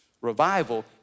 Revival